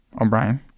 O'Brien